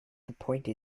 appointed